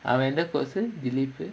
அவன் எந்த:avan entha course dilip